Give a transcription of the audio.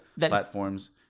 platforms